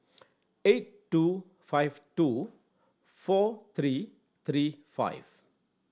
eight two five two four three three five